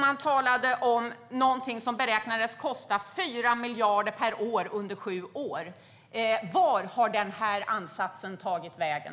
Man talade om någonting som beräknades kosta 4 miljarder per år under sju år. Vart har den ansatsen tagit vägen?